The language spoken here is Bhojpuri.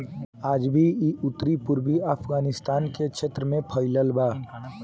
आज भी इ उत्तर पूर्वी अफगानिस्तान के क्षेत्र में फइलल बा